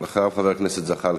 אחריו, חבר הכנסת זחאלקה.